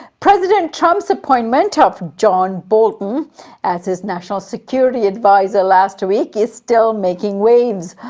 president trump's appointment of john bolton as his national security adviser last week is still making waves.